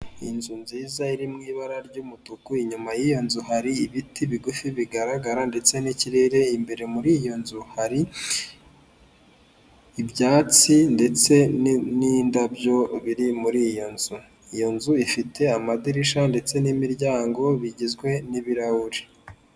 Inzu nziza iri mu ibara ry'umutuku inyuma y'iyo nzu hari ibiti bigufi bigaragara ndetse n'ikirere, imbere muri iyo nzu hari ibyatsi ndetse n'indabyo biri muri iyo nzu, iyo nzu ifite amadirishya ndetse n'imiryango bigizwe n'ibirahuri.